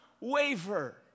waver